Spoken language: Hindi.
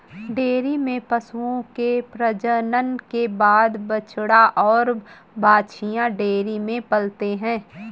डेयरी में पशुओं के प्रजनन के बाद बछड़ा और बाछियाँ डेयरी में पलते हैं